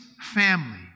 family